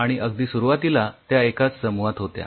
आणि अगदी सुरुवातीला त्या एकाच समूहात होत्या